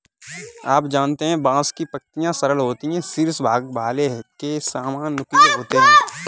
आप जानते है बांस की पत्तियां सरल होती है शीर्ष भाग भाले के सामान नुकीले होते है